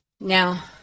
Now